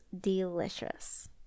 delicious